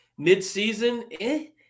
midseason